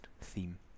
theme